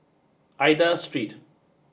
Aida Street